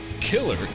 killer